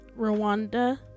rwanda